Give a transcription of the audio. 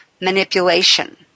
manipulation